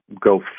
go